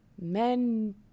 men